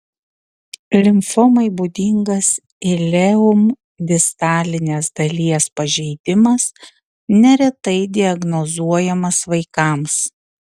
limfomai būdingas ileum distalinės dalies pažeidimas neretai diagnozuojamas vaikams